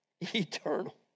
eternal